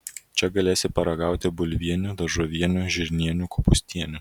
čia galėsi paragauti bulvienių daržovienių žirnienių kopūstienių